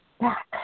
back